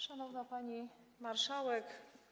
Szanowna Pani Marszałek!